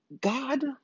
God